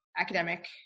academic